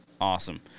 awesome